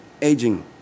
aging